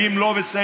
ואם זה לא בסדר,